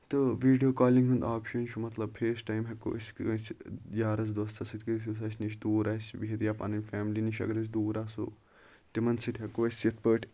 تہٕ video calling ہُند option یہِ چھُ مطلب فیس ٹایم ہٮ۪کو أسۍ کٲنسہِ یارَس دوستس سۭتۍ کٔرِتھ یُس اَسہِ نِش دوٗر آسہِ بِہَتھ یا پَنٕنۍ فیملی نِش اَگر أسۍ دوٗر آسو تِمن سۭتۍ ہٮ۪کو أسۍ یِتھ پٲٹھۍ